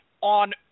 on